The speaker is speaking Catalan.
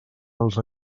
els